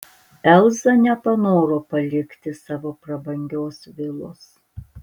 elza nepanoro palikti savo prabangios vilos